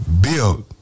Built